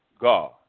God